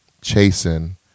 chasing